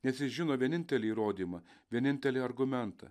nes jis žino vienintelį įrodymą vienintelį argumentą